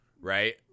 Right